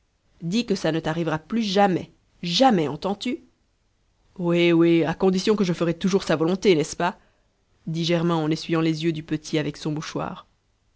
dis que ça ne t'arrivera plus jamais jamais entends-tu oui oui à condition que je ferai toujours sa volonté n'est-ce pas dit germain en essuyant les yeux du petit avec son mouchoir